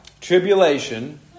Tribulation